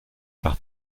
par